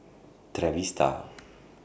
Trevista